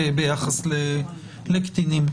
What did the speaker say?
ביחס לקטינים.